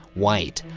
white,